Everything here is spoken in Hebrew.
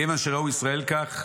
כיוון שראו ישראל כך,